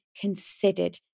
considered